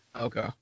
Okay